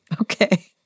Okay